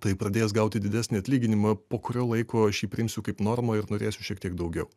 tai pradėjęs gauti didesnį atlyginimą po kurio laiko aš jį priimsiu kaip normą ir norėsiu šiek tiek daugiau